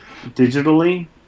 digitally